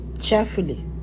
cheerfully